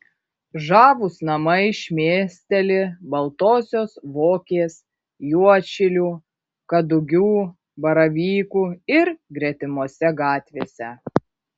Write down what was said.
žavūs namai šmėsteli baltosios vokės juodšilių kadugių baravykų ir gretimose gatvėse